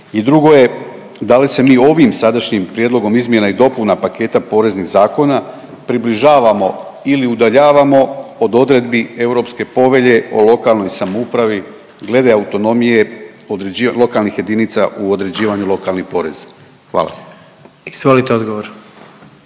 i drugo je da li se mi ovim sadašnjim prijedlogom izmjena i dopuna paketa poreznih zakona približavamo ili udaljavamo od odredbi Europske povelje o lokalnoj samoupravi glede autonomije lokalnih jedinica u određivanju lokalnih poreza? Hvala. **Jandroković,